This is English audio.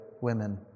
women